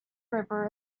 river